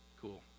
Cool